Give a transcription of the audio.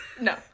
No